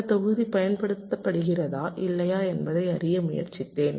அந்த தொகுதி பயன்படுத்தப்படுகிறதா இல்லையா என்பதை அறிய முயற்சித்தேன்